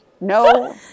no